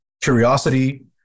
curiosity